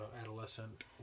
adolescent